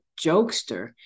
jokester